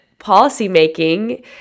policymaking